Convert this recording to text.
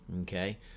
okay